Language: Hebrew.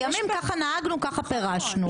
ככה נהגנו, ככה פירשנו.